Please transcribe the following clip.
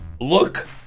look